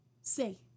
say